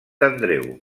andreu